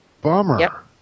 Bummer